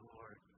Lord